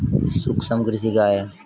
सूक्ष्म कृषि क्या है?